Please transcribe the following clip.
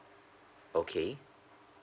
okay